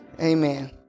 Amen